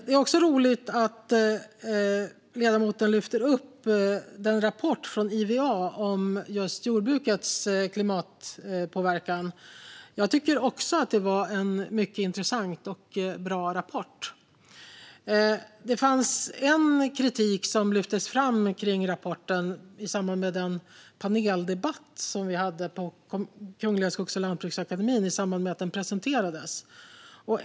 Det är roligt att ledamoten lyfter upp rapporten från IVA om jordbrukets klimatpåverkan. Jag tycker också att det är en mycket intressant och bra rapport. Det lyftes dock fram en del kritik mot rapporten i en paneldebatt på Kungliga Skogs och Lantbruksakademien i samband med att rapporten presenterades.